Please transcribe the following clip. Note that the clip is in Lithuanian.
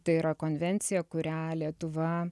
tai yra konvencija kurią lietuva